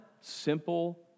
simple